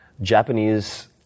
Japanese